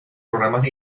programas